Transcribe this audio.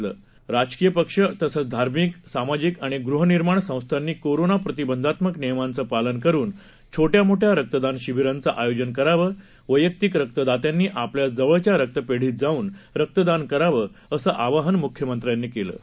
रक्त त्टवड्याची परिस्थिती राजकीय पक्ष आणि तसंच धार्मिक सामाजिक आणि गृहनिर्माण संस्थांनी कोरोना प्रतिबंधात्मक नियमांचं पालन करून छोट्या छोट्या रक्तदान शिबीरांचं आयोजन करावं वैयक्तिक रक्तदात्यांनी आपल्या जवळच्या रक्तपेढीत जाऊन रक्तदान करावं असं आवाहन मुख्यमंत्र्यांनी केलं आहे